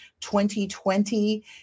2020